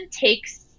takes